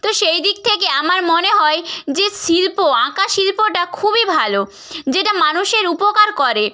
তো সেই দিক থেকে আমার মনে হয় যে শিল্প আঁকা শিল্পটা খুবই ভালো যেটা মানুষের উপকার করে